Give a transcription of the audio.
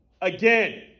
Again